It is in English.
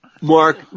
Mark